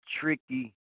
tricky